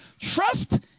Trust